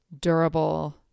durable